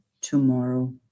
tomorrow